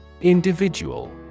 Individual